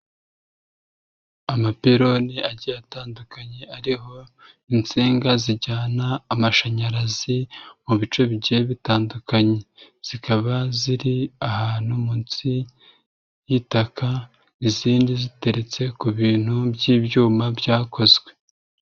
Amapeloni agiye atandukanye ariho insinga zijyana amashanyarazi mu bice bigiye bitandukanye zikaba ziri ahantu munsi y'itaka, izindi ziteretse ku bintu by'ibyuma byakozwe.